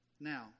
Now